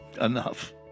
enough